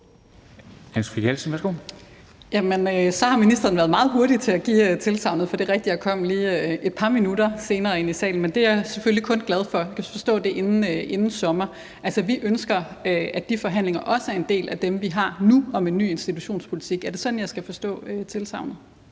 Anne Sophie Callesen (RV): Jamen så har ministeren været meget hurtig til at give tilsagnet, for det er rigtigt, at jeg kom lige et par minutter senere ind i salen. Men det er jeg selvfølgelig kun glad for. Jeg kan så forstå, at det er inden sommer. Altså, vi ønsker, at de forhandlinger også er en del af dem, vi har nu, om en ny institutionspolitik. Er det sådan, jeg skal forstå tilsagnet?